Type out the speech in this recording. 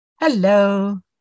Hello